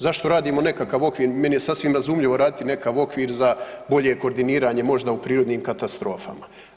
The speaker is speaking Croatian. Zašto radimo nekakav okvir, meni je sasvim razumljivo raditi nekakav okvir za bolje koordiniranje možda u prirodnim katastrofama.